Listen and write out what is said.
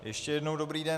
Ještě jednou dobrý den.